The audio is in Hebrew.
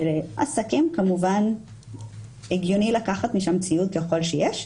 שעסקים כמובן זה הגיוני לקחת משם ציוד ככל שיש,